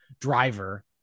driver